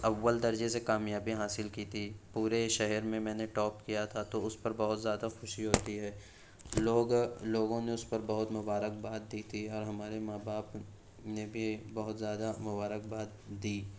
اوّل درجے سے کامیابی حاصل کی تھی پورے شہر میں میں نے ٹاپ کیا تھا تو اس پر بہت زیادہ خوشی ہوتی ہے لوگ لوگوں نے اس پر بہت مبارکباد دی تھی اور ہمارے ماں باپ پر نے بھی بہت زیادہ مبارکباد دی